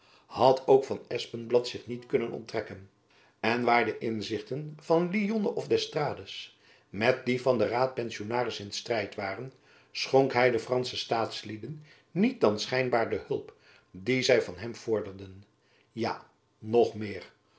had ook van espenblad zich niet kunnen onttrekken en waar de inzichten van lionne of d'estrades met die van den raadpenjacob van lennep elizabeth musch sionaris in strijd waren schonk hy den franschen staatslieden niet dan schijnbaar de hulp die zy van hem vorderden ja nog meer